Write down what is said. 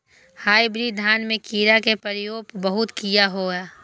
Hybrid धान में कीरा के प्रकोप बहुत किया होया?